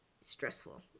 stressful